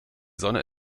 sonne